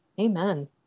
amen